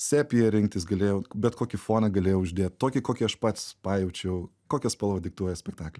sepiją rinktis galėjau bet kokį foną galėjau uždėt tokį kokį aš pats pajaučiau kokią spalvą diktuoja spektaklis